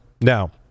Now